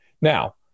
Now